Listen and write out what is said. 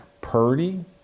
Purdy